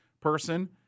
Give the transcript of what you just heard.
person